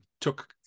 Took